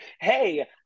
hey